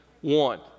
one